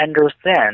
understand